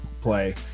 play